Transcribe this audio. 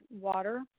water